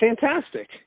Fantastic